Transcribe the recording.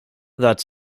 that